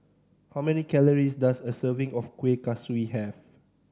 how many calories does a serving of Kuih Kaswi have